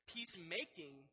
Peacemaking